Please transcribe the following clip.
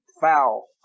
foul